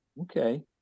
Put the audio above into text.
Okay